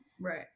Right